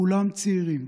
כולם צעירים.